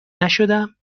نشدم